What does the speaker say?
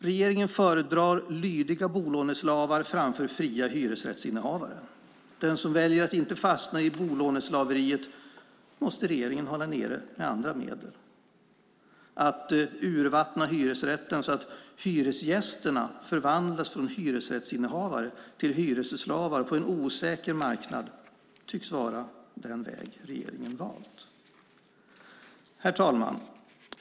Regeringen föredrar lydiga bolåneslavar framför fria hyresrättsinnehavare. Den som väljer att inte fastna i bolåneslaveriet måste regeringen hålla nere med andra medel. Att urvattna hyresrätten så att hyresgästerna förvandlas från hyresrättsinnehavare till hyresslavar på en osäker marknad tycks vara den väg regeringen valt. Herr talman!